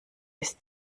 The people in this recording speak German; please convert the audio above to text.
ist